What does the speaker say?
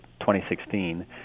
2016